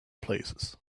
places